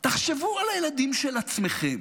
תחשבו על הילדים של עצמכם,